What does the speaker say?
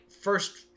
first